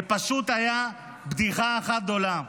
זה פשוט היה בדיחה אחת גדולה.